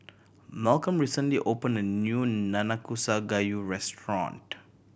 Malcom recently opened a new Nanakusa Gayu restaurant